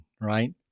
right